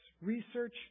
research